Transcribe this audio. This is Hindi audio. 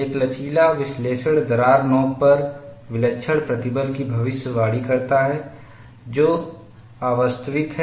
एक लचीला विश्लेषण दरार नोक पर विलक्षण प्रतिबल की भविष्यवाणी करता है जो अवास्तविक है